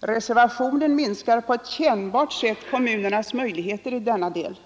Reservationen minskar på ett kännbart sätt kommunernas möjligheter i denna del.